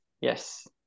yes